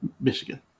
Michigan